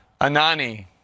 Anani